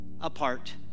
apart